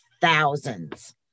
thousands